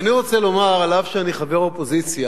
ואני רוצה לומר, אף שאני חבר אופוזיציה,